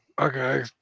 Okay